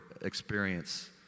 experience